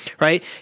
right